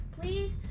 please